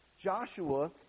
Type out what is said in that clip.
Joshua